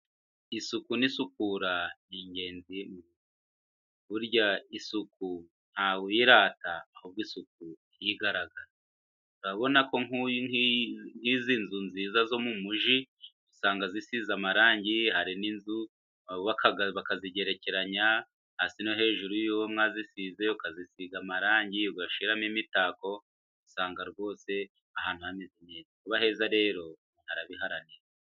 Isuku n'isukura ni ingenzi, burya isuku ntawuyirata ahubwo isuku irigaragaza, urabona ko nkuyu, nk'izi nzu nziza zo mu mugi usanga zisize amarangi, hari n'inzu bubaka bakazigerekeranya, hasi no hejuru y'uwo mwazisize, ukazisiga amarangi ugashiramo imitako, usanga rwose ahantu ari... kuba heza rero barabiharanira.